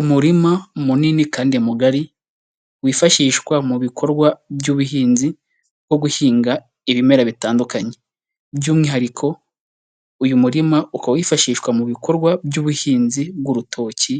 Umurima munini kandi mugari wifashishwa mu bikorwa by'ubuhinzi, nko guhinga ibimera bitandukanye, by'umwihariko uyu murima ukaba wifashishwa mu bikorwa by'ubuhinzi bw'urutoki